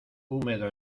húmedo